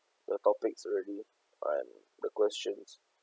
the topics already and the questions